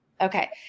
Okay